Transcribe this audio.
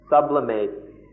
sublimate